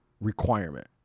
requirement